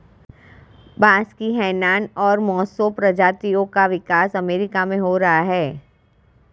बांस की हैनान और मोसो प्रजातियों का विकास अमेरिका में हो रहा है